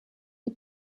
die